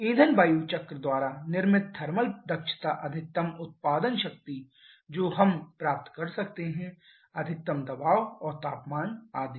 ईंधन वायु चक्र द्वारा निर्मित थर्मल दक्षता अधिकतम उत्पादन शक्ति जो हम प्राप्त कर सकते हैं अधिकतम दबाव और तापमान आदि